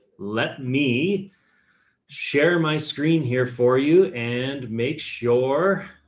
let me share my screen here for you and make sure